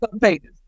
pages